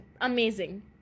amazing